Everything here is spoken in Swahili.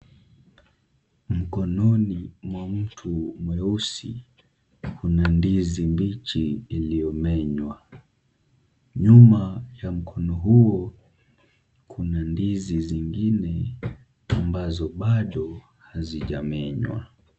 Mkononi mwa mtu mweusi kuna ndizi mbichi iliyomenywa, nyuma ya mkono huo kuna ndizi zingine ambazo bado hazijamenywa.